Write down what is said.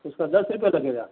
इसका दस रुपया लगेगा